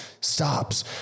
stops